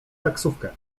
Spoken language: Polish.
taksówkę